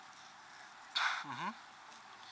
mmhmm